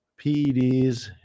PEDs